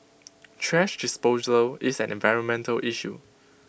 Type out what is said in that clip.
thrash disposal is an environmental issue